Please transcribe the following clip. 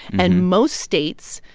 and most states,